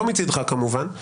לא מצדך כמובן,